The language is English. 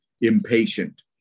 impatient